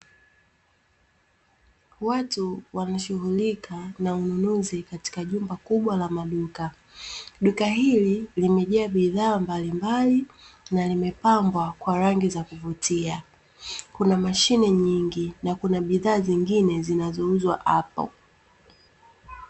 Watu wanashughulika na ununuzi katika jumba kubwa la maduka. Duka hili limejaa bidhaa mbalimbali na limepambwa kwa rangi za kuvutia. Kuna mashine nyingi na kuna bidhaa zingine zinazouzwa hapo.